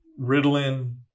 Ritalin